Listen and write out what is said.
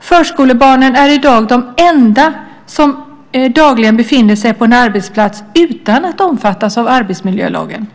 Förskolebarnen är i dag de enda som dagligen befinner sig på en arbetsplats utan att omfattas av arbetsmiljölagen.